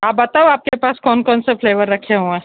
आप बताओ आपके पास कौन कौन से फ्लेवर रखे हुए हैं